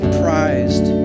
prized